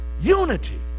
unity